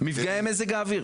נפגעי מזג האוויר.